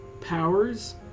powers